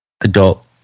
adult